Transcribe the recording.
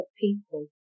people